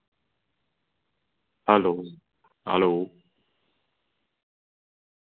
hello hello